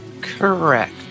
Correct